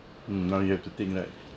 now you have to think right